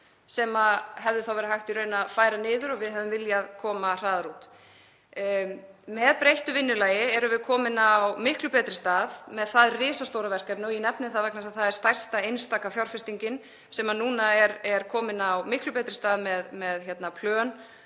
sem hefði verið hægt í rauninni að færa niður og við hefðum viljað koma hraðar út. Með breyttu vinnulagi erum við komin á miklu betri stað með það risastóra verkefni og ég nefni það vegna þess að það er stærsta einstaka fjárfestingin sem núna er komin á miklu betri stað með plön,